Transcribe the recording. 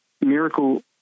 miracle